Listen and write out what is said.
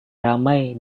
ramai